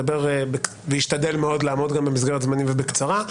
ישתדל לעמוד במסגרת זמנים ובקצרה,